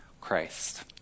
Christ